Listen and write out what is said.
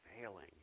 failing